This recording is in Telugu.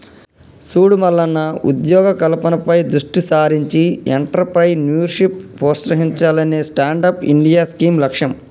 సూడు మల్లన్న ఉద్యోగ కల్పనపై దృష్టి సారించి ఎంట్రప్రేన్యూర్షిప్ ప్రోత్సహించాలనే స్టాండప్ ఇండియా స్కీం లక్ష్యం